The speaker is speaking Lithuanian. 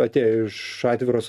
atėjo iš atviros